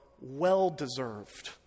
well-deserved